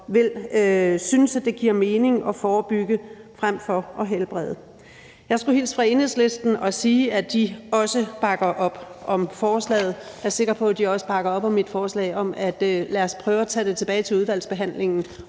og synes, at det giver mening at forebygge frem for at helbrede. Jeg skulle hilse fra Enhedslisten og sige, at de også bakker op om forslaget, og jeg er også sikker på, at de bakker op om mit forslag om, at vi skal prøve at tage det tilbage til udvalgsbehandlingen